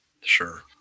sure